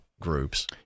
groups